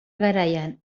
garaian